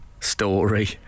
story